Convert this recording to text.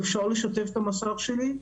אפשר לשתף את המסך שלי?